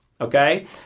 Okay